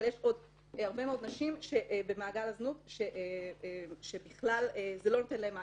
אבל יש עוד הרבה מאוד נשים במעגל הזנות שבכלל זה לא נותן להן מענה,